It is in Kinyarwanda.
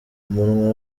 umunwa